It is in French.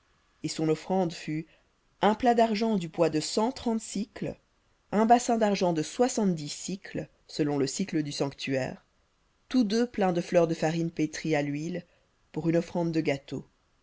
son offrande fut un plat d'argent du poids de cent trente un bassin d'argent de soixante-dix sicles selon le sicle du sanctuaire tous deux pleins de fleur de farine pétrie à l'huile pour une offrande de gâteau